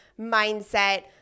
mindset